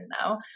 now